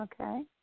Okay